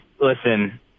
listen